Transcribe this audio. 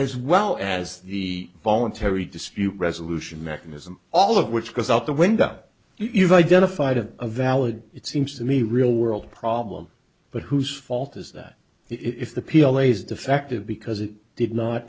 as well as the voluntary dispute resolution mechanism all of which goes out the window you've identified a valid it seems to me real world problem but whose fault is that if the p l a's defective because it did not